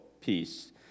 peace